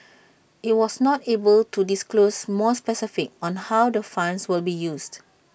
IT was not able to disclose more specifics on how the fund will be used